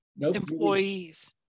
employees